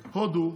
שבהודו,